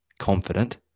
Confident